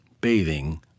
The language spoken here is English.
bathing